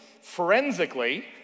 forensically